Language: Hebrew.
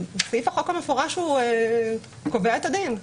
סעיף החוק המפורש קובע את הדין.